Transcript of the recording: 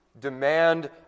demand